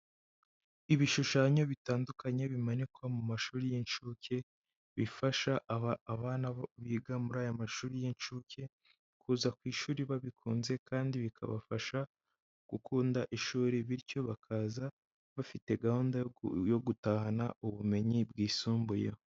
Ibishushanyo bitandukanye bimanikwa mu mashuri y'incuke, bifasha abana biga muri aya mashuri y'incuke kuza ku ishuri babikunze kandi bikabafasha gukunda ishuri, bityo bakaza bafite gahunda yo gutahana ubumenyi bwisumbuyeho.